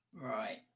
Right